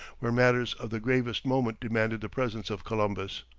where matters of the gravest moment demanded the presence of columbus.